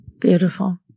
Beautiful